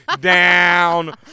down